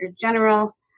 General